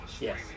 Yes